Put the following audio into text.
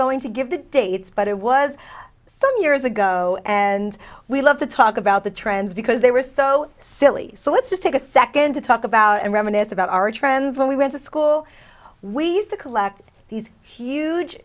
going to give the dates but it was some years ago and we love to talk about the trends because they were so silly so let's just take a second to talk about and reminisce about our friends when we went to school we used to collect these huge